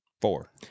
Four